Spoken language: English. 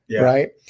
right